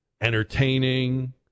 entertaining